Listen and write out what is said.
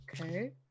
Okay